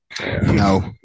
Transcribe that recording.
No